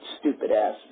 stupid-ass